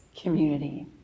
community